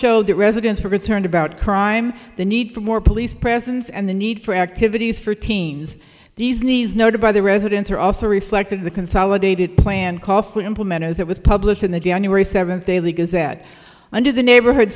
showed that residents have returned about crime the need for more police presence and the need for activities for teens these needs noted by the residents are also reflected the consolidated plan implemented as it was published in the january seventh daily gazette under the neighborhood